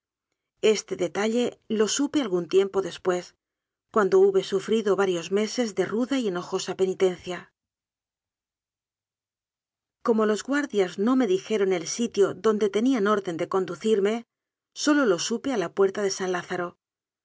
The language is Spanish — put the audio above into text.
este detalle lo supe algún tiempo después cuando hube sufrido varios meses de ruda y enojosa penitencia como los guardias no me dijeron el sitio donde tenían orden de conducirme sólo lo supe a la puer ta de san lázaro